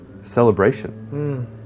celebration